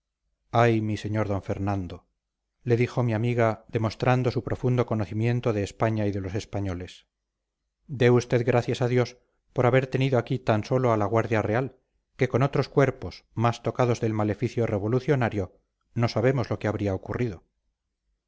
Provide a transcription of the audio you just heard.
ay mi señor d fernando le dijo mi amiga demostrando su profundo conocimiento de españa y de los españoles dé usted gracias a dios por haber tenido aquí tan sólo a la guardia real que con otros cuerpos más tocados del maleficio revolucionario no sabemos lo que habría ocurrido